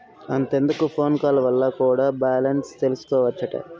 అంతెందుకు phone call వల్ల కూడా బాలెన్స్ తెల్సికోవచ్చట